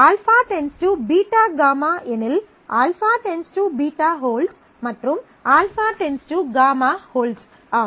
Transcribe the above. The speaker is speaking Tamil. α → β γ எனில் α→ β ஹோல்ட்ஸ் மற்றும் α → γ ஹோல்ட்ஸ் ஆகும்